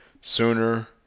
sooner